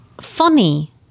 funny